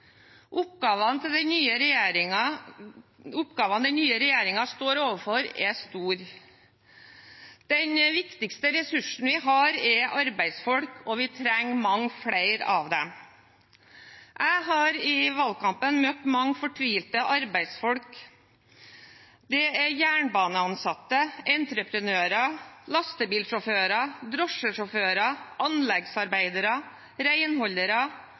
Oppgavene den nye regjeringen står overfor, er store. Den viktigste ressursen vi har, er arbeidsfolk, og vi trenger mange flere av dem. Jeg har i valgkampen møtt mange fortvilte arbeidsfolk. Det er jernbaneansatte, entreprenører, lastebilsjåfører, drosjesjåfører, anleggsarbeidere,